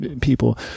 people